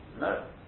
no